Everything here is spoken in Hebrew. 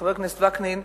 לחבר הכנסת וקנין,